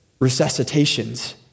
resuscitations